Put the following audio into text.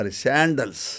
sandals